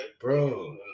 Bro